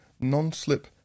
non-slip